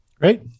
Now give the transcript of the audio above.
Great